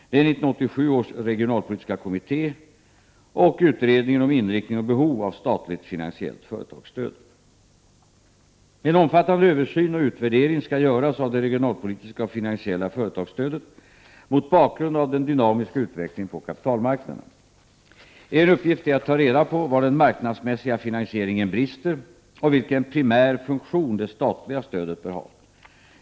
Det är 1987 års regionalpolitiska kommitté och utredningen om inriktning och behov av statligt finansiellt företagsstöd . En omfattande översyn och utvärdering skall göras av det regionalpolitiska och finansiella företagsstödet mot bakgrund av den dynamiska utvecklingen på kapitalmarknaderna. En uppgift är att ta reda på var den marknadsmässiga finansieringen brister och vilken primär funktion det statliga stödet bör ha.